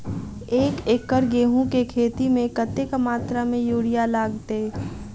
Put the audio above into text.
एक एकड़ गेंहूँ केँ खेती मे कतेक मात्रा मे यूरिया लागतै?